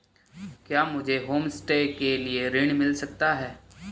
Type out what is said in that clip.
क्या मुझे होमस्टे के लिए ऋण मिल सकता है?